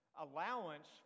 allowance